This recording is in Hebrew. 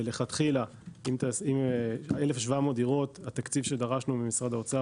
מלכתחילה התקציב שדרשנו ממשרד האוצר